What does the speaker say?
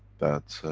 that.